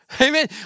Amen